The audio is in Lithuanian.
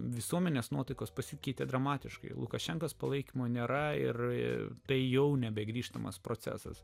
visuomenės nuotaikos pasikeitė dramatiškai lukašenkos palaikymo nėra ir tai jau nebegrįžtamas procesas